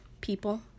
People